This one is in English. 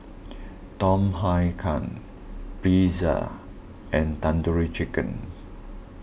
Tom Kha Gai Pretzel and Tandoori Chicken